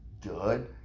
good